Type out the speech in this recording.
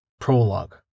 Prologue